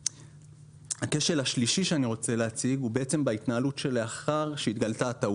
הכשל השלישי שאני רוצה להציג הוא בהתנהלות שלאחר שהתגלתה הטעות.